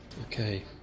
Okay